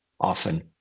often